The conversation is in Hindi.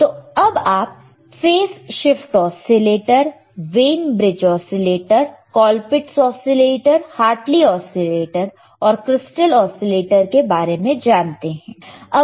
तो अब आप phase shift oscillator Wien bridge oscillator Colpitts oscillator Hartley oscillator और क्रिस्टल ओसीलेटर के बारे में जानते हैं